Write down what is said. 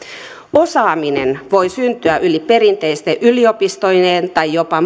osaaminen voi syntyä yli perinteisten yliopistojen tai jopa